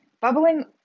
bubbling